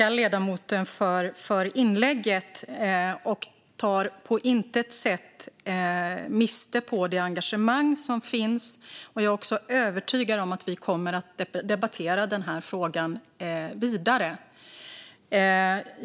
Fru talman! Jag tackar ledamoten för inlägget, och jag tar på intet sätt miste på det engagemang som finns. Jag är också övertygad om att vi kommer att debattera frågan vidare.